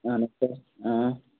اہن حظ سر